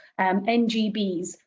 NGBs